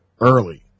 Early